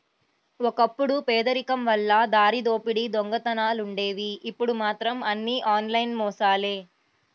ఒకప్పుడు పేదరికం వల్ల దారిదోపిడీ దొంగతనాలుండేవి ఇప్పుడు మాత్రం అన్నీ ఆన్లైన్ మోసాలే